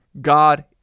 God